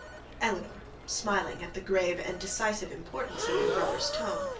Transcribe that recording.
elinor, smiling at the grave and decisive importance of her brother's tone,